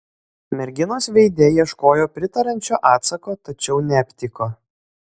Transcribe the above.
merginos veide ieškojo pritariančio atsako tačiau neaptiko